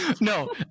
No